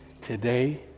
today